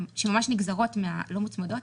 לא מוצמדות,